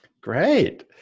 Great